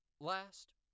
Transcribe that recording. Last